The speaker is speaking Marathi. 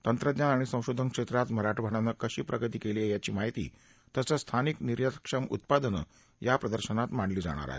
तंत्रज्ञान आणि संशोधन क्षेत्रात मराठवाड्यानं कशी प्रगती केली आहे याची माहिती तसंच स्थानिक निर्यातक्षम उत्पादनं या प्रदर्शनात मांडली जाणार आहेत